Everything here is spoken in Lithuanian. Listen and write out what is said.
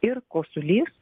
ir kosulys